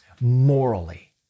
morally